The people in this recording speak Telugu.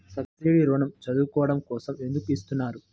సబ్సీడీ ఋణం చదువుకోవడం కోసం ఎందుకు ఇస్తున్నారు?